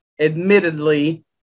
admittedly